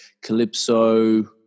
Calypso